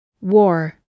War